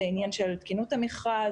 זה עניין של תקינות המכרז,